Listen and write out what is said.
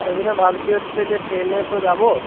সেদিনে ভাবছি হচ্ছে যে ট্রেনে তো যাবো